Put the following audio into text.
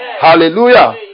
Hallelujah